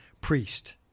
priest